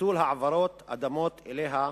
וביטול העברת אדמות אליה.